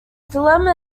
dilemma